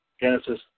Genesis